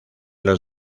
los